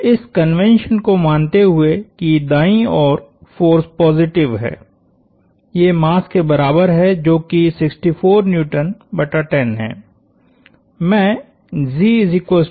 इस कन्वेंशन को मानते हुए कि दाईं ओर फ़ोर्स पॉजिटिव हैं ये मास के बराबर है जो कि 64N बटा 10 है